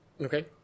Okay